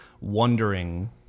wondering